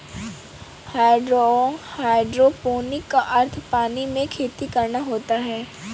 hydroponic का अर्थ पानी में खेती करना होता है